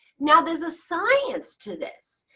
now there's a science to this.